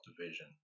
division